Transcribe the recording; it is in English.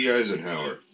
Eisenhower